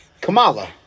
Kamala